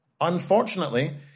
Unfortunately